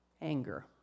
anger